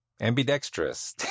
ambidextrous